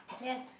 yes